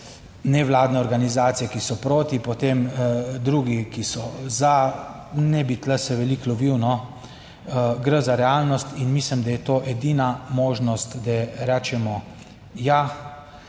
Nevladne organizacije, ki so proti, potem drugi, ki so za, ne bi tu se veliko lovil. Gre za realnost in mislim, da je to edina možnost, da rečemo, ja,